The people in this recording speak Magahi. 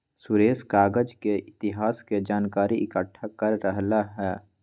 सुरेश कागज के इतिहास के जनकारी एकट्ठा कर रहलई ह